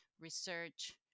research